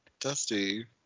Dusty